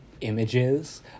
images